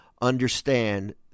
understand